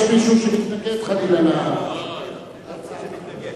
יש מישהו שמתנגד, חלילה, להצעת החוק?